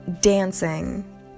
dancing